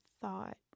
thought